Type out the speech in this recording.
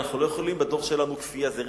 אנחנו לא יכולים בדור שלנו כפייה.